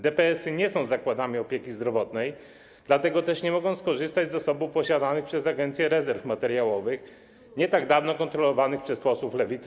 DPS-y nie są zakładami opieki zdrowotnej, dlatego też nie mogą skorzystać z zasobów posiadanych przez Agencję Rezerw Materiałowych, nie tak dawno kontrolowanych przez posłów Lewicy.